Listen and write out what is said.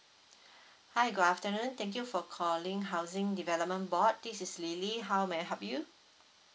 hi good afternoon thank you for calling housing development board this is lily how may I help you